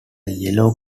yellow